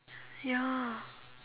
ya